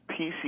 PC